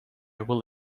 will